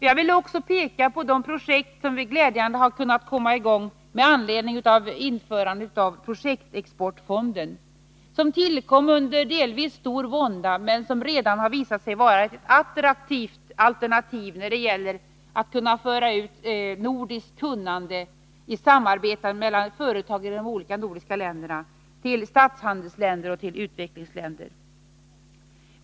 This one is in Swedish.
Jag vill också peka på de projekt som vi glädjande nog har kunnat komma i gång med genom införandet av projektexportfonden, som tillkom under delvis stor vånda, men som redan har visat sig vara ett attraktivt alternativ när det gäller att kunna föra ut nordiskt kunnande i samarbete mellan företagare i de olika nordiska länderna till statshandelsländer och till utvecklingsländer.